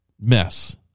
mess